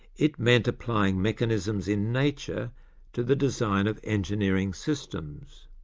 it meant applying mechanisms in nature to the design of engineering systems.